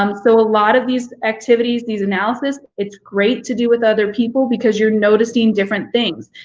um so a lot of these activities these analysis, it's great to do with other people because you're noticing different things.